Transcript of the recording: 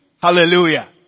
Hallelujah